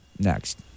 Next